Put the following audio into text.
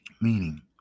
Meaning